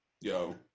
Yo